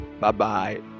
Bye-bye